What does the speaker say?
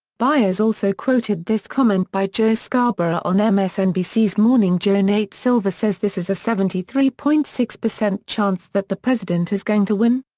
byers also quoted this comment by joe scarborough on msnbc's morning joe nate silver says this is a seventy three point six percent chance that the president is going to win?